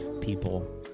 people